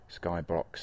Skybox